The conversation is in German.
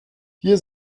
hier